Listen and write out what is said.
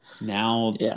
now